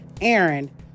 Aaron